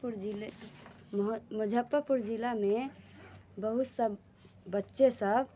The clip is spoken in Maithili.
पुर जिले मुज्जफ्फरपुर जिलामे बहुतसभ बच्चेसभ